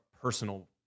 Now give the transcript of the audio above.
personal